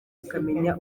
akamenya